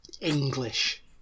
English